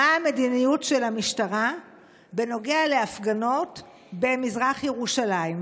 מה המדיניות של המשטרה בנוגע להפגנות במזרח ירושלים.